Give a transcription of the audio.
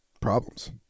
problems